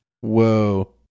Whoa